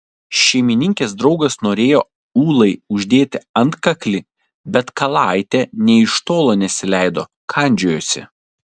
šeimininkės draugas norėjo ūlai uždėti antkaklį bet kalaitė nė iš tolo nesileido kandžiojosi